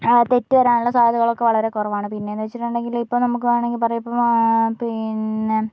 തെറ്റുവരാനുള്ള സാധ്യതകളൊക്കെ വളരെ കുറവാണ് പിന്നെയെന്നു വച്ചിട്ടുണ്ടെങ്കിൽ ഇപ്പോൾ നമുക്ക് വേണമെങ്കിൽ പറയാം ഇപ്പോൾ പിന്നെ